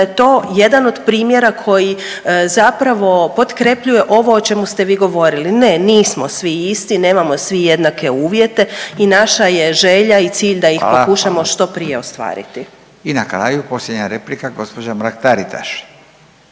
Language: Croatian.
je to jedan od primjera koji zapravo potkrepljuje ovo o čemu ste vi govorili. Ne, nismo svi isti, nemamo svi jednake uvjete i naša je želja i cilj …/Upadica: Hvala./… da ih pokušamo što prije ostvariti. **Radin, Furio (Nezavisni)** I na kraju posljednja replika gospođa Mrak Taritaš.